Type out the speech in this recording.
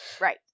right